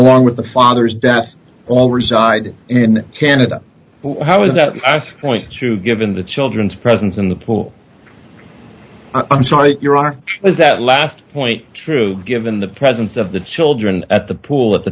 along with the father's death all residing in canada how does that point to given the children's presence in the pool i'm sorry your honor is that last point true given the presence of the children at the pool at